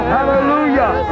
hallelujah